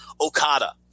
Okada